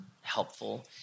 helpful